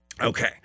Okay